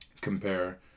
compare